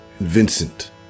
Vincent